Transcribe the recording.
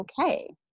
okay